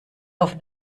auf